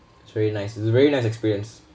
it's very nice it's a very nice experience